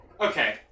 okay